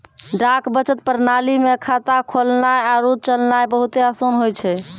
डाक बचत प्रणाली मे खाता खोलनाय आरु चलैनाय बहुते असान होय छै